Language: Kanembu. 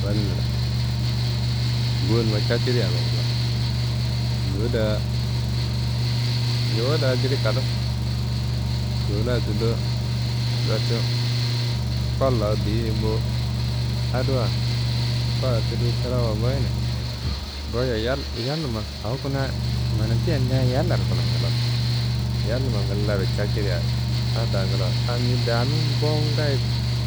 Wanimina, ngowunumma caciria na nglawo. Yowu da, yowuwa da jili kada. Yowu la tullo racu kuan lawu deyi bo, adiwa kua tudu sirawuwa goyine, goyia yal, yalnumma awo kuna manatia ngaaye yallaro kuna nglawo, yalnumma ngillaro caciria adi da nglawo. Adi ni dami n bowo n ngaaye